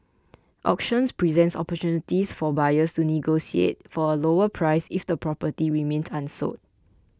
auctions present opportunities for buyers to negotiate for a lower price if the property remains unsold